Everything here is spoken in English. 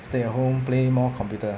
stay at home play more computer